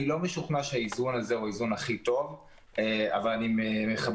אני לא משוכנע שהאיזון הזה הוא האיזון הכי טוב אבל אני מכבד